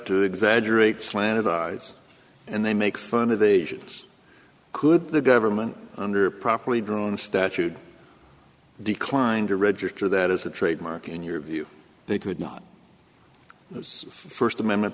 the exaggerate slanted eyes and they make fun of asians could the government under properly draw a statute declined to register that as a trademark in your view they could not those first amendment